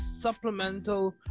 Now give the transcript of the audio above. supplemental